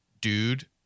dude